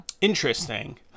Interesting